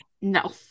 No